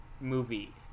movie